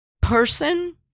person